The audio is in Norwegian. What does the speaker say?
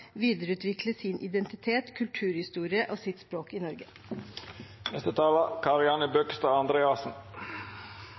videreutvikle sin identitet, kulturhistorie og sitt språk i Norge.